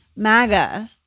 MAGA